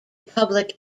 public